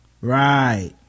Right